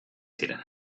ziren